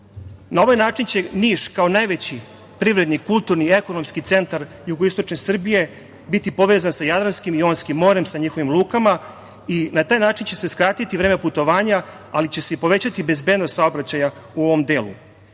ovaj način će Niš kao najveći privredni, kulturni i ekonomski centar jugoistočne Srbije biti povezan sa Jadranskim i Jonskim morem, sa njihovim lukama i na taj način će se skratiti vreme putovanja, ali će se i povećati bezbednost saobraćaja u ovom delu. Pored